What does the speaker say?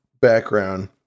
background